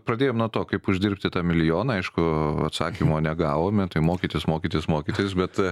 pradėjom nuo to kaip uždirbti tą milijoną aišku atsakymo negavome tai mokytis mokytis mokytis bet